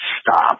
stop